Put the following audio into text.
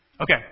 Okay